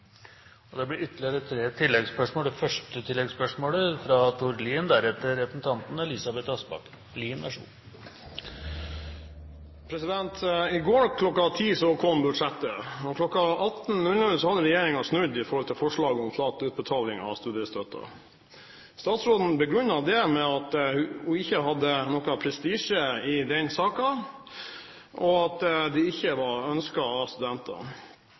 Det blir ytterligere tre oppfølgingsspørsmål – først Tord Lien. I går kl. 10 kom budsjettet. Kl. 18 hadde regjeringen snudd i forhold til forslaget om flat utbetaling av studiestøtte. Statsråden begrunnet det med at hun ikke hadde lagt noen prestisje i den saken, og at det ikke var ønsket av